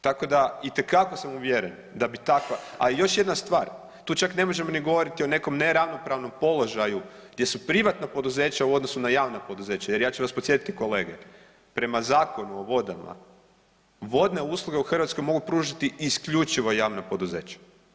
Tako da itekako sam uvjeren da bi takva, a još jedna stvar, tu čak ne možemo ni govoriti o nekom neravnopravnom položaju gdje su privatna poduzeća u odnosu na javna poduzeća jer ja ću vas podsjetiti kolege, prema Zakonu o vodama vodne usluge mogu pružiti isključivo javna poduzeća.